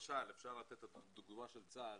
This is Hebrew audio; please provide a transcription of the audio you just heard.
אפשר לתת את הדוגמה של צה"ל